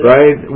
Right